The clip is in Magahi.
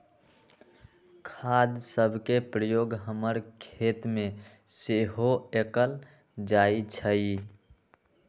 खाद सभके प्रयोग हमर खेतमें सेहो कएल जाइ छइ